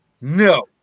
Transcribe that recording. no